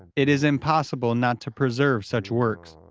it is impossible not to preserve such works.